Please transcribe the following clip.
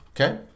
Okay